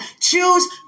Choose